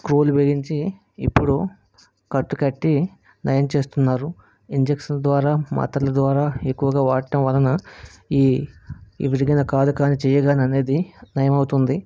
స్క్రూలు బిగించి ఇప్పుడు కట్టు కట్టి నయం చేస్తున్నారు ఇంజెక్షన్ల ద్వారా మాత్రల ద్వారా ఎక్కువగా వాడటం వలన ఈ విరిగిన కాలు కానీ చెయ్యి కానీ అనేది నయమవుతుంది